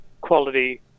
quality